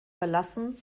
verlassen